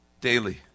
Daily